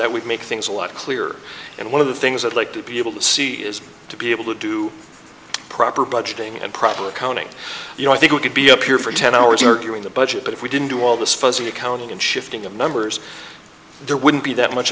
that would make things a lot clearer and one of the things i'd like to be able to see is to be able to do proper budgeting and proper accounting you know i think we could be appeared for ten hours arguing the budget but if we didn't do all this fuzzy accounting and shifting the numbers there wouldn't be that much